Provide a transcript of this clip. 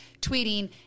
tweeting